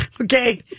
Okay